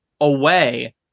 away